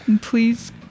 please